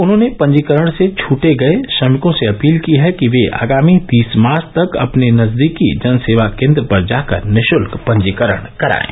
उन्होंने पजीकरण से छूट गये श्रमिकों से अपील की है कि वे आगामी तीस मार्च तक अपने नजदीकी जन सेवा केन्द्र पर जाकर निःशुल्क पंजीकरण करायें